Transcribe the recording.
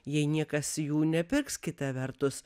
jei niekas jų nepirks kita vertus